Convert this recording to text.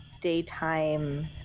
daytime